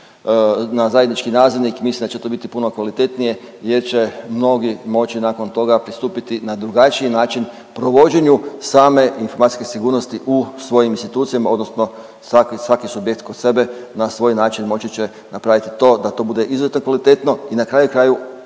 na zajednički nazivnik mislim da će to biti puno kvalitetnije jer će mnogi moći nakon toga pristupiti na drugačiji način provođenju same informacijske sigurnosti u svojim institucijama odnosno svaki, svaki subjekt kod sebe na svoj način moći će napraviti to da to bude izuzetno kvalitetno i na kraju krajeva